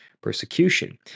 persecution